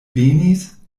venis